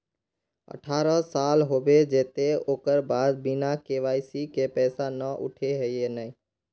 अठारह साल होबे जयते ओकर बाद बिना के.वाई.सी के पैसा न उठे है नय?